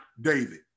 David